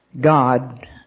God